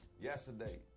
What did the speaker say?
Yesterday